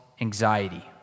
anxiety